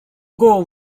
ghoul